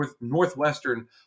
Northwestern